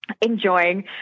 enjoying